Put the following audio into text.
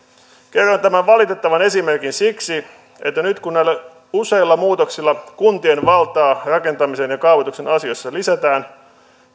kerroin tämän valitettavan esimerkin siksi että kun näillä useilla muutoksilla kuntien valtaa rakentamisen ja kaavoituksen asioissa lisätään